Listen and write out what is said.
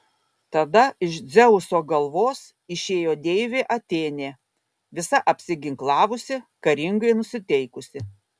tada iš dzeuso galvos išėjo deivė atėnė visa apsiginklavusi karingai nusiteikusi